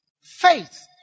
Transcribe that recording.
faith